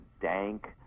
dank